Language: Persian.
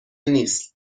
نیست